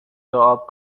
لعاب